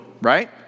right